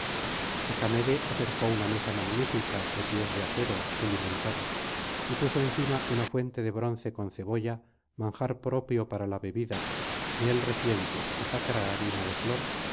el consejo hecamede acercó una mesa magnífica de pies de acero pulimentada y puso encima una fuente de bronce con cebolla manjar propio para la bebida miel reciente y sacra harina de flor